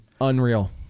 Unreal